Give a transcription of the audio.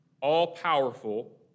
all-powerful